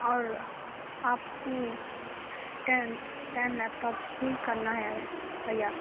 اور آپ کو ٹین ٹین لیپ ٹاپس بھی کرنا ہے بھیا